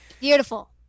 Beautiful